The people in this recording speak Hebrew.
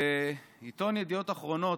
בעיתון ידיעות אחרונות,